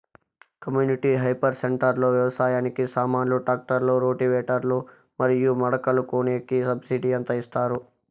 community hire centre లో వ్యవసాయానికి సామాన్లు ట్రాక్టర్లు రోటివేటర్ లు మరియు మడకలు కొనేకి సబ్సిడి ఎంత ఇస్తారు